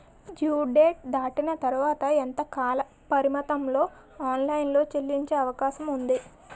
Due date దాటిన తర్వాత ఎంత కాలపరిమితిలో ఆన్ లైన్ లో చెల్లించే అవకాశం వుంది?